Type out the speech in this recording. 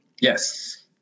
Yes